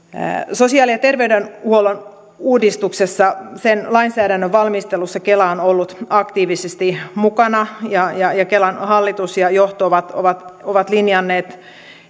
sosiaali ja terveydenhuollon uudistuksessa sen lainsäädännön valmistelussa kela on ollut aktiivisesti mukana ja ja kelan hallitus ja johto ovat ovat linjanneet